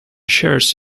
shares